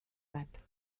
bat